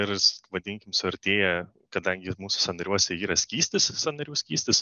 ir vadinkim suartėję kadangi mūsų sąnariuose yra skystis sąnarių skystis